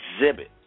Exhibit